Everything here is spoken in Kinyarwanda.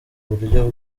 buryo